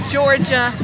Georgia